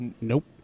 Nope